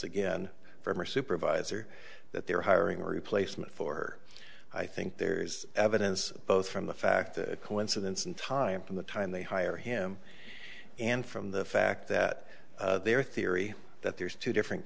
again from her supervisor that they were hiring replacement for i think there is evidence both from the fact coincidence in time from the time they hire him and from the fact that their theory that there's two different